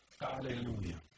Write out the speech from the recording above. Hallelujah